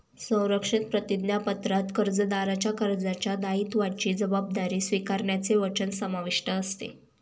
संरक्षित प्रतिज्ञापत्रात कर्जदाराच्या कर्जाच्या दायित्वाची जबाबदारी स्वीकारण्याचे वचन समाविष्ट असते